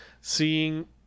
seeing